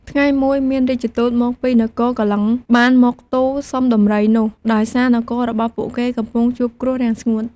ថ្ងៃមួយ មានរាជទូតមកពីនគរកលិង្គបានមកទូលសុំដំរីនោះ ដោយសារនគររបស់ពួកគេកំពុងជួបគ្រោះរាំងស្ងួត។